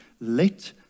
let